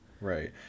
Right